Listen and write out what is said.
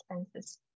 expenses